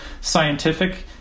scientific